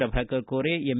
Prabhakar Kore M